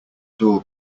door